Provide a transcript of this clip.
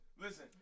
listen